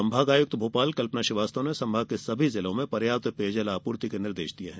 संभागायुक्त भोपाल कल्पना श्रीवास्तव ने संभाग के सभी जिलों में पर्याप्त पेयजल आपूर्ति करने के निर्देश दिये हैं